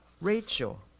Rachel